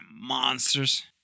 monsters